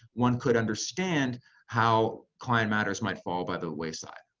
one could understand how client matters might fall by the wayside.